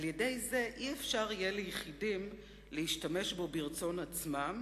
על-ידי זה אי-אפשר יהיה ליחידים להשתמש בו ברצון עצמם